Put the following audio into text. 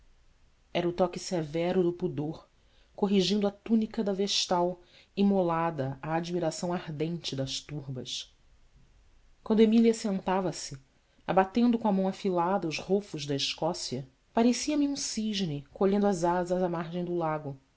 era o toque severo do pudor corrigindo a túnica da vestal imolada à admiração ardente das turbas quando emília sentava-se abatendo com a mão afilada os rofos da escócia parecia-me um cisne colhendo as asas à margem do lago